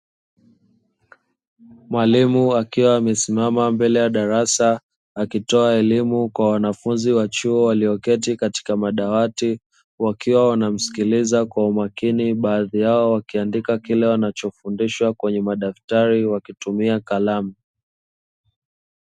Mwalimu akiwa amesimama mbele ya darasa akitoa elimu kwa wanafunzi wa chuo walioketi katika madawati, wakiwa wanamsikiliza kwa umakini, baadhi yao wakiandika kile wanachofindishwa kwenye madaftari wakitumia kalamu.